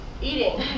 Eating